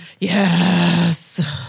Yes